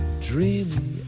dreamy